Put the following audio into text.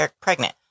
pregnant